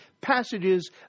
passages